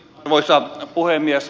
arvoisa puhemies